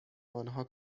آنها